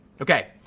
Okay